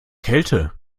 kälte